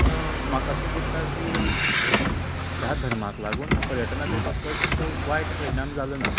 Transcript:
पूण म्हाका अशे दिसता की ह्या धर्माक लागून पर्यटनाचे कसलोच वायट परिणाम जालो ना